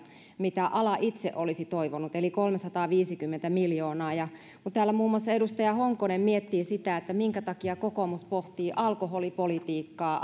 mitä ala itse olisi toivonut eli kolmesataaviisikymmentä miljoonaa kun täällä muun muassa edustaja honkonen miettii sitä minkä takia kokoomus pohtii alkoholipolitiikkaa